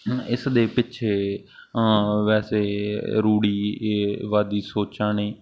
ਇਸ ਦੇ ਪਿੱਛੇ ਵੈਸੇ ਰੂੜੀ ਵਾਦੀ ਸੋਚਾਂ ਨੇ